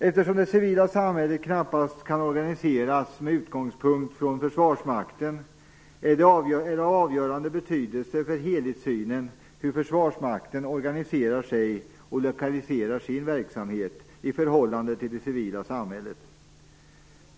Eftersom det civila samhället knappast kan organiseras med utgångspunkt från Försvarsmakten är det av avgörande betydelse för helhetssynen hur Försvarsmakten organiserar sig och lokaliserar sin verksamhet i förhållande till det civila samhället.